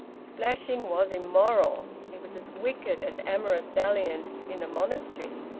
splashing was immoral. it was as wicked as amorous dalliance in a monastery.